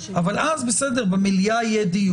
אבל אז במליאה יהיה דיון.